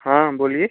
हाँ बोलिए